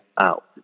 out